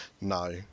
No